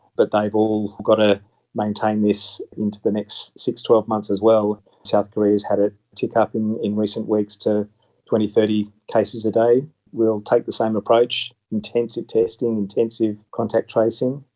but they have all got to maintain this into the next six, twelve months as well. south korea has had a tick-up in in recent weeks to twenty, thirty cases a day. we will take the same approach, intensive testing, intensive contact tracing,